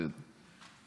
בסדר.